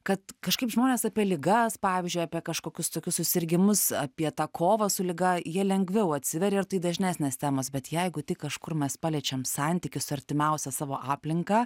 kad kažkaip žmonės apie ligas pavyzdžiui apie kažkokius tokius susirgimus apie tą kovą su liga jie lengviau atsiveria ir tai dažnesnės temos bet jeigu tik kažkur mes paliečiam santykius artimiausią savo aplinką